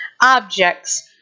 objects